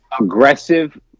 aggressive